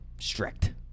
strict